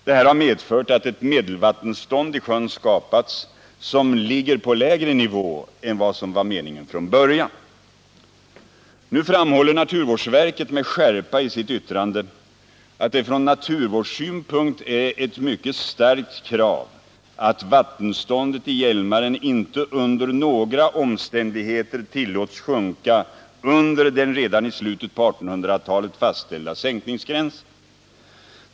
Detta har medfört att ett medelvattenstånd i sjön skapats som ligger på lägre nivå än vad som var meningen från början. Nu framhåller naturvårdsverket med skärpa i sitt yttrande att det från naturvårdssynpunkt är ett mycket starkt krav att vattenståndet i Hjälmaren inte under några omständigheter tillåts sjunka under den redan i slutet på 1800-talet fastställda sänkningsgränsen.